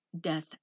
death